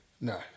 No